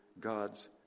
God's